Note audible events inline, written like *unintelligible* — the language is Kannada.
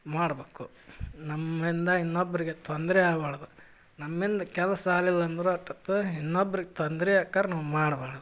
ಮಾಡ್ಬೇಕು ನಮ್ಮಿಂದ ಇನ್ನೊಬ್ಬರಿಗೆ ತೊಂದರೆ ಆಗ್ಬಾರ್ದು ನಮ್ಮಿಂದ ಕೆಲ್ಸಾಗ್ಲಿಲ್ಲಂದರೂ *unintelligible* ಇನ್ನೊಬ್ರುಗೆ ತೊಂದರೆ ಅಕ್ಕಾರ್ ನಾವು ಮಾಡಬಾರ್ದು